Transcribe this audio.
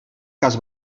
cas